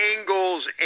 angles